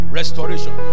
restoration